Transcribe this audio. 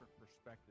perspective